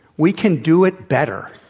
we can do it better.